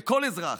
לכל אזרח,